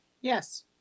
Yes